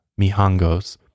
Mihangos